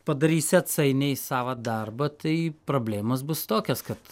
padarysi atsainiai sava darbą tai problėmos bus tokios kad